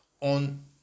on